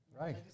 Right